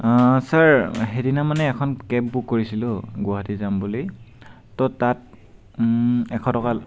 sir সেইদিনা মানে এখন কেব বুক কৰিছিলোঁ গুৱাহাটী যাম বুলি তো তাত এশ টকা